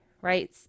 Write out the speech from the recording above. right